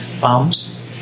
palms